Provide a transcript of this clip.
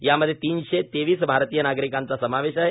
यामध्ये तिनशे तेवीस भारतीय नागरिकांचा समावेश आहे